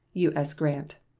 u s. grant.